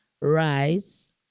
rice